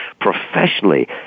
professionally